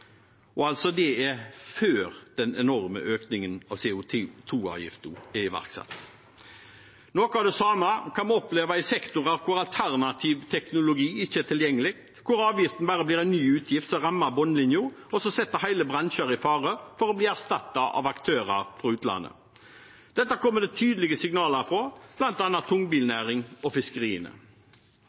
det er altså før den enorme økningen av CO 2 -avgiften er iverksatt. Noe av det samme kan vi oppleve i sektorer der alternativ teknologi ikke er tilgjengelig, hvor avgiften bare blir en ny utgift som rammer bunnlinjen, og som setter hele bransjer i fare for å bli erstattet av aktører fra utlandet. Dette kommer det tydelige signaler på, bl.a. når det gjelder tungbilnæringen og fiskeriene.